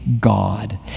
God